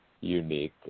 unique